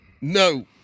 no